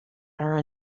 are